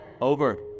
Over